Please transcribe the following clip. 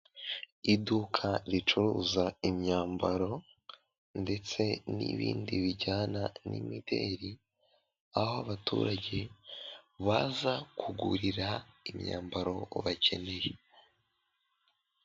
Iduka ricuruza imyambaro ndetse n'ibindi bijyana n'imideli, aho abaturage baza kugurira imyambaro bakeneye.